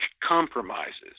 compromises